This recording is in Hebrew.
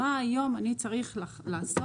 מה היום אני צריך לעשות